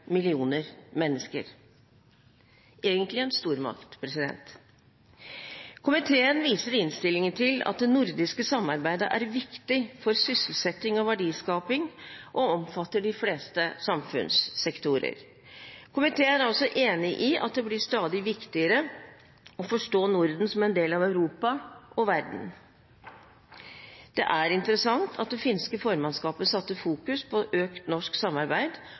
millioner mennesker – egentlig en stormakt. Komiteen viser i innstillingen til at det nordiske samarbeidet er viktig for sysselsetting og verdiskaping og omfatter de fleste samfunnssektorer. Komiteen er også enig i at det blir stadig viktigere å forstå Norden som en del av Europa og verden. Det er interessant at det finske formannskapet fokuserte på økt norsk samarbeid